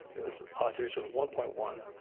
it was odds ratio of one point one